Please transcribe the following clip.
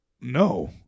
no